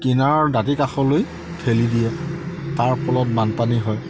কিনাৰৰ দাঁতি কাষলৈ ঠেলি দিয়ে তাৰ ফলত বানপানী হয়